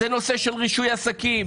זה נושא של רישוי עסקים,